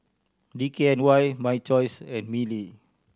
D K N Y My Choice and Mili